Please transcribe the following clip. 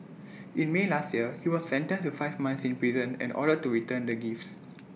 in may last year he was sentenced to five months in prison and ordered to return the gifts